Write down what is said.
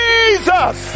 Jesus